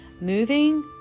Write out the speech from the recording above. moving